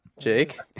Jake